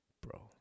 Bro